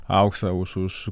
auksą už už